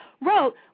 wrote